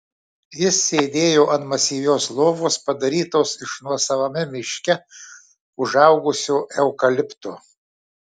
jis sėdėjo ant masyvios lovos padarytos iš nuosavame miške užaugusio eukalipto